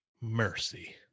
mercy